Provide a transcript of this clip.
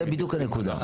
זו בדיוק הנקודה.